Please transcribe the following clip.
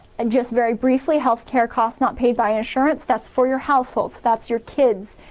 and just very briefly health care costs not paid by insurance that's for your households, that's your kids,